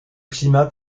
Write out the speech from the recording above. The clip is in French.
climat